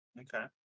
Okay